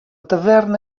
taverna